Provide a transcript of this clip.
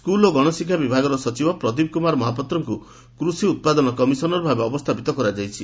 school ଓ ଗଣଶିକ୍ଷା ବିଭାଗର ସଚିବ ପ୍ରଦୀପ୍ତ କୁମାର ମହାପାତ୍ରଙ୍କୁ କୃଷି ଉପ୍ପାଦନ କମିଶନର ଭାବେ ଅବସ୍ରାପିତ କରାଯାଇଛି